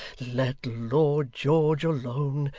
let lord george alone.